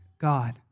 God